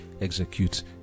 execute